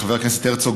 חבר הכנסת הרצוג,